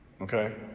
Okay